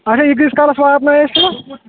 اچھا یہِ کۭتِس کالَس واتنٲیِو اَسہِ